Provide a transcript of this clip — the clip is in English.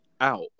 out